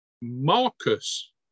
Marcus